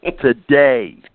today